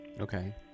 Okay